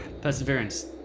Perseverance